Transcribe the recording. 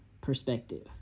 perspective